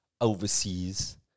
overseas